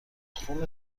خون